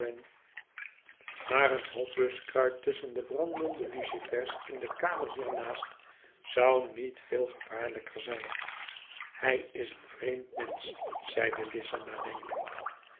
maar een hoop buskruit tusschen brandende lucifers in de kamer hier naast zou niet veel gevaarlijker zijn hij is een vreemd mensch zeide lize nadenkend